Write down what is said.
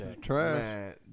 trash